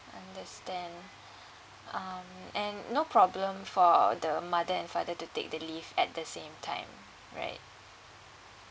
understand um and no problem for the mother and father to take the leave at the same time right